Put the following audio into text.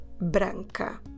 branca